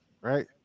Right